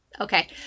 Okay